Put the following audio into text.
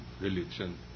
religion